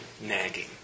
nagging